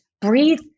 breathe